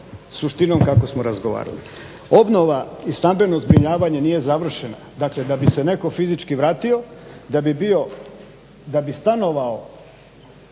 suštinom kako smo razgovarali. Obnova i stambeno zbrinjavanje nije završena, dakle da bi se netko fizički vratio, da bi stanovao